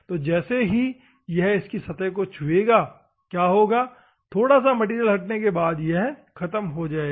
तो जैसे ही यह इसकी सतह को छुएगा क्या होगा थोड़ा सा मैटेरियल हटाने के बाद यह खत्म हो जाएगा